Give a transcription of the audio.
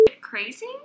crazy